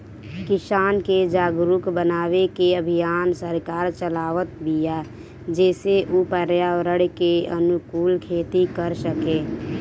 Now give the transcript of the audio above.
किसान के जागरुक बनावे के अभियान सरकार चलावत बिया जेसे उ पर्यावरण के अनुकूल खेती कर सकें